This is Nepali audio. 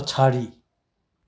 पछाडि